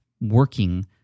working